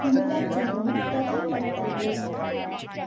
गुलाब् जामून् कथं पक्तव्यम्